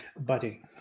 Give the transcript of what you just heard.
Buddy